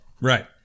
Right